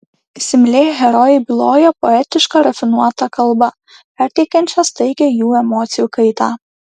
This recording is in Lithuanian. įsimylėję herojai byloja poetiška rafinuota kalba perteikiančia staigią jų emocijų kaitą